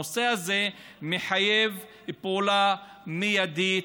הנושא הזה מחייב פעולה מיידית,